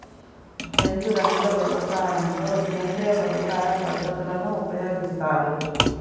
జంతు రహిత వ్యవసాయంలో సేంద్రీయ వ్యవసాయ పద్ధతులను ఉపయోగిస్తారు